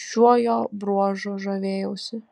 šiuo jo bruožu žavėjausi